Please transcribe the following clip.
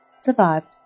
survived